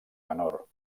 menor